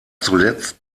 zuletzt